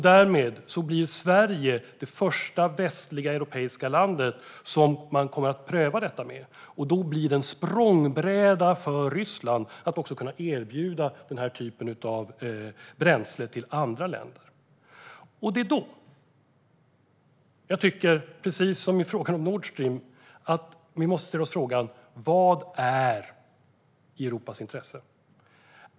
Därmed blir Sverige det första västliga europeiska land som detta prövas med. Detta blir också en språngbräda för Ryssland till att även kunna erbjuda den här typen av bränsle till andra länder. Precis som i frågan om Nord Stream tycker jag att vi måste ställa oss frågan vad som är i Europas intresse.